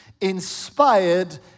inspired